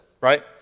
Right